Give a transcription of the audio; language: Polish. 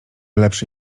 lepszy